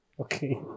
Okay